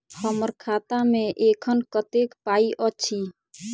हम्मर खाता मे एखन कतेक पाई अछि?